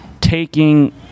taking